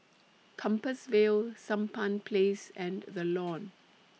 Compassvale Sampan Place and The Lawn